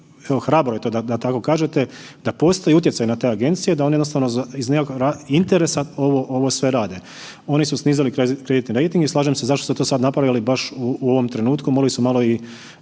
hrabro je to da tako kažete da postoji utjecaj na te agencije da oni jednostavno iz nekakvog interesa ovo sve rade. Oni su snizili kreditni rejting i slažem se zašto su to sad napravili baš u ovom trenutku mogli su malo i